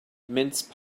mince